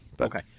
Okay